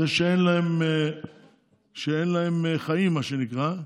זה שאין להם חיים, מה שנקרא.